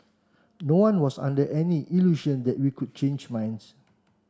no one was under any illusion that we could change minds